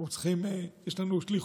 יש לנו שליחות.